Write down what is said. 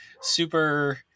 super